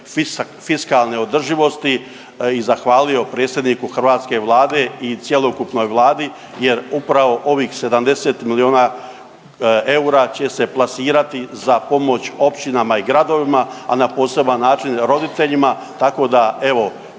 fiskalne održivosti i zahvalio predsjedniku hrvatske Vlade i cjelokupnoj Vladi jer upravo ovih 70 milijuna eura će se plasirati za pomoć općinama i gradovima, a na poseban način roditeljima tako da evo